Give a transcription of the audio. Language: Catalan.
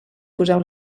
poseu